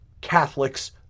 Catholics